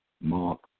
Mark